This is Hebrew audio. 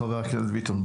חבר הכנסת ביטון,